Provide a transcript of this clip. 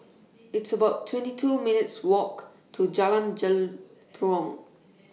It's about twenty two minutes' Walk to Jalan Jelutong